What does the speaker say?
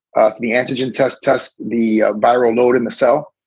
ah the antigen test test, the viral load in the cell.